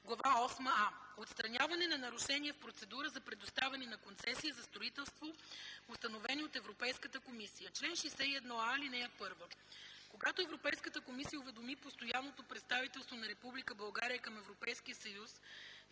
осма „а” Отстраняване на нарушения в процедура за предоставяне на концесия за строителство, установени от Европейската комисия Чл. 61а. (1) Когато Европейската комисия уведоми Постоянното представителство на Република България към Европейския съюз,